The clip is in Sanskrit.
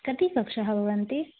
कति कक्षाः भवन्ति